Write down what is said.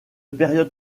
époque